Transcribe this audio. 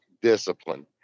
Discipline